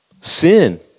Sin